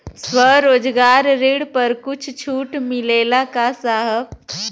स्वरोजगार ऋण पर कुछ छूट मिलेला का साहब?